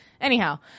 Anyhow